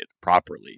properly